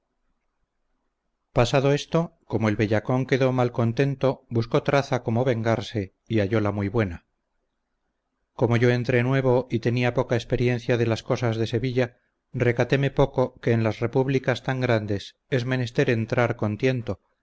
pasado esto como el bellacón quedó mal contento buscó traza cómo vengarse y hallola muy buena como yo entré nuevo y tenía poca experiencia de las cosas de sevilla recatéme poco que en las repúblicas tan grandes es menester entrar